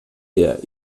der